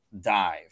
dive